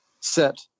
set